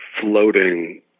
floating